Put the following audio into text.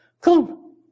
come